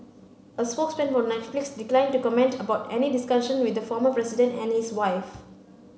a spokesman for Netflix declined to comment about any discussions with the former president and his wife